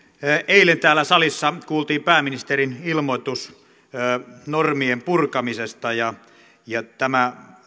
eilen täällä salissa kuultiin pääministerin ilmoitus normien purkamisesta ja tämä